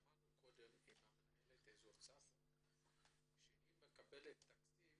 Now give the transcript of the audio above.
שמענו ממנהלת אזור צפון שהיא מקבלת תקציב